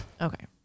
Okay